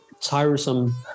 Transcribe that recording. tiresome